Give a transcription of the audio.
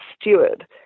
steward